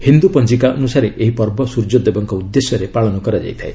ହିନ୍ଦୁ ପଞ୍ଜିକା ଅନୁସାରେ ଏହି ପର୍ବ ସ୍ୱର୍ଯ୍ୟଦେବଙ୍କ ଉଦ୍ଦେଶ୍ୟରେ ପାଳନ କରାଯାଇଥାଏ